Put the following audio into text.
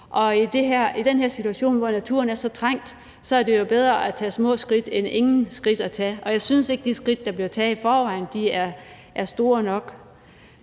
I den her situation, hvor naturen er så trængt, er det jo bedre at tage små skridt end ingen skridt. Og jeg synes ikke, at de skridt, der bliver taget i forvejen, er store nok.